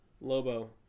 Lobo